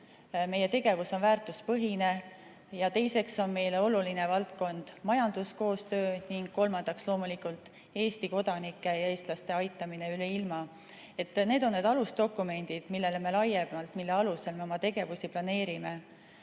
meie tegevus on väärtuspõhine, teiseks on meile oluline valdkond majanduskoostöö ning kolmandaks loomulikult Eesti kodanike ja eestlaste aitamine üle ilma. Need on need alusdokumendid, mille alusel me oma tegevust planeerime. Kui